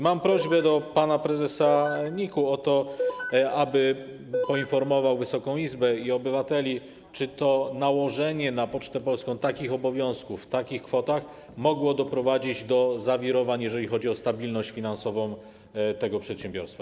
Mam do pana prezesa NIK-u prośbę o to, aby poinformował Wysoką Izbę i obywateli, czy nałożenie na Pocztę Polską takich obowiązków w takich kwotach mogło doprowadzić do zawirowań, jeżeli chodzi o stabilność finansową tego przedsiębiorstwa.